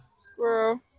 Squirrel